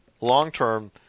long-term